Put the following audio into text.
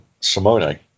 Simone